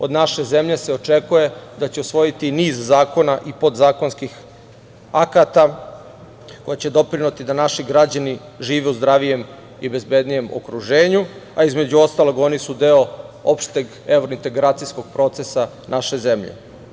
Od naše zemlje se očekuje da će usvojiti niz zakona i podzakonskih akata, koji će doprineti da naši građani žive u zdravijem i bezbednijem okruženju, a između ostalog oni su deo opšteg evrointegracijskog procesa naše zemlje.